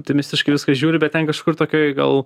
optimistiškai į viską žiūri bet ten kažkur tokioj gal